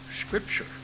scripture